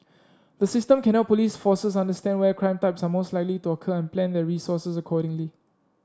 the system can help police forces understand where crime types are most likely to occur and plan their resources accordingly